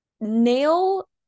nail